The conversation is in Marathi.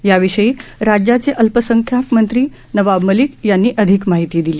याविषयी राज्याचे अल्पसंख्यांक मंत्री नवाब मलिक यांनी अधिक माहिती दिली